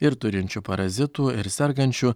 ir turinčių parazitų ir sergančių